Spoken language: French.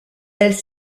elle